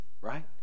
right